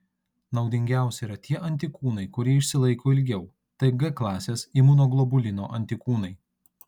naudingiausi yra tie antikūnai kurie išsilaiko ilgiau tai g klasės imunoglobulino antikūnai